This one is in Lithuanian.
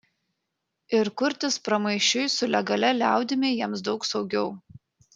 ir kurtis pramaišiui su legalia liaudimi jiems daug saugiau